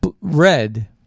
red